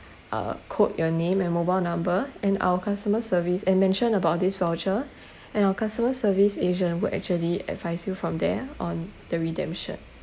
uh quote your name and mobile number and our customer service and mention about this voucher and our customer service agent will actually advise you from there on the redemption